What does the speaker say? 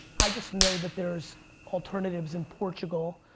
i just know that there's alternatives in portugal,